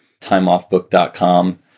timeoffbook.com